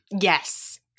Yes